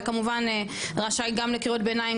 אתה כמובן רשאי גם לקריאות ביניים,